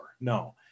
No